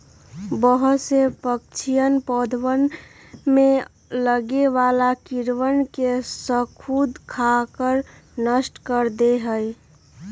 बहुत से पक्षीअन पौधवन में लगे वाला कीड़वन के स्खुद खाकर नष्ट कर दे हई